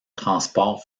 transport